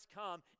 come